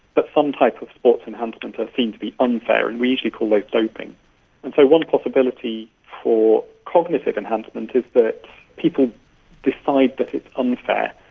but some type of sports enhancements are seen to be unfair and we usually call those like doping. and so one possibility for cognitive enhancement is that people decide that it's unfair.